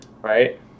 Right